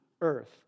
earth